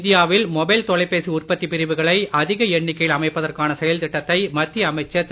இந்தியாவில் மொபைல் தொலைபேசி உற்பத்தி பிரிவுகளை அதிக எண்ணிக்கையில் அமைப்பதற்கான செயல் திட்டத்தை மத்திய அமைச்சர் திரு